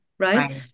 right